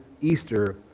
Easter